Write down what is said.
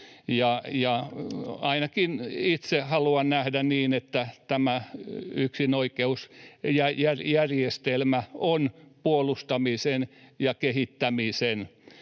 Ainakin itse haluan nähdä niin, että tämä yksinoikeusjärjestelmä on puolustamisen ja kehittämisen